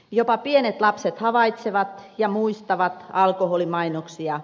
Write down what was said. jopa pienet lapset havaitsevat ja muistavat alkoholimainoksia